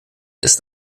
ist